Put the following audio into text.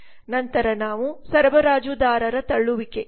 ನಂತರ ನಾವು ಸರಬರಾಜುದಾರರ ತಳ್ಳುವಿಕೆ